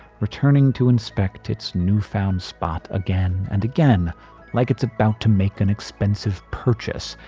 returning to inspect its newfound spot again and again like it's about to make an expensive purchase.